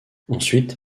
ensuite